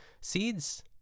Seeds